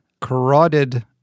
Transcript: carotid